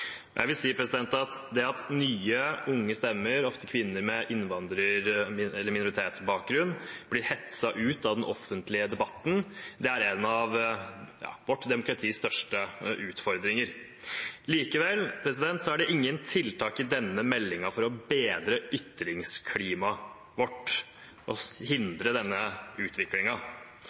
Jeg vil si at det at nye, unge stemmer, ofte kvinner med innvandrer- eller minoritetsbakgrunn, blir hetset ut av den offentlige debatten, er en av de største utfordringene i vårt demokrati. Likevel er det ingen tiltak i denne meldingen for å bedre ytringsklimaet vårt og hindre denne